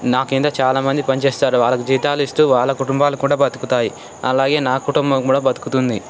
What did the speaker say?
నా కింద చాలామంది పని చేస్తారు వాళ్ళకు జీతాలు ఇస్తూ వాళ్ళ కుటుంబాలు కూడా బతుకుతాయి అలాగే నా కుటుంబం కూడా బతుకుతుంది